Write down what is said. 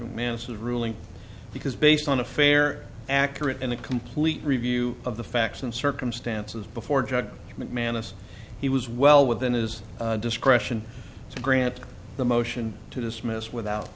a man's ruling because based on a fair accurate and complete review of the facts and circumstances before judge mcmanus he was well within his discretion to grant the motion to dismiss without